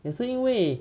也是因为